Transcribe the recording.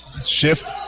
Shift